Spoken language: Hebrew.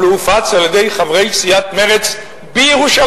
אבל הוא הופץ על-ידי חברי סיעת מרצ בירושלים.